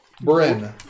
Bryn